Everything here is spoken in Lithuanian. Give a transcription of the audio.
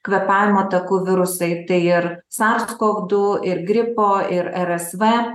kvėpavimo takų virusai tai ir sars kov du ir gripo ir rsv